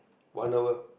one hour